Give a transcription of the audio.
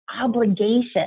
obligation